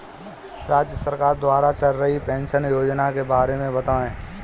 राज्य सरकार द्वारा चल रही पेंशन योजना के बारे में बताएँ?